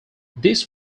this